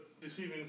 deceiving